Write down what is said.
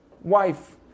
wife